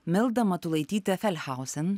milda matulaitytė felhausen